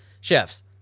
Chefs